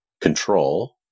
control